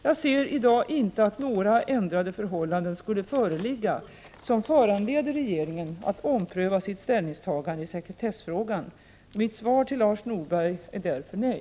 Jag ser i dag inte att några ändrade förhållanden skulle föreligga som föranleder regeringen att ompröva sitt ställningstagande i sekretessfrågan. Mitt svar till Lars Norberg är därför nej.